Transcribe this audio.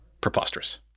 Preposterous